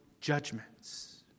judgments